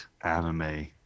anime